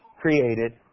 created